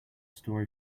story